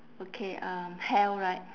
okay um health right